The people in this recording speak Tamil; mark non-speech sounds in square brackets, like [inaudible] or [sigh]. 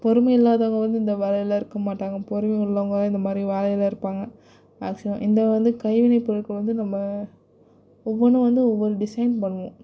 பொறுமை இல்லாதவங்க வந்து இந்த வேலையில் இருக்க மாட்டாங்க பொறுமை உள்ளவங்கதான் இந்தமாதிரி வேலையில் இருப்பாங்க [unintelligible] இந்த வந்து கைவினைப் பொருட்கள் வந்து நம்ம ஒவ்வொன்றும் வந்து ஒவ்வொரு டிசைன் பண்ணுவோம்